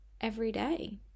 everyday